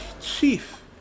chief